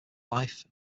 life